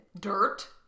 Dirt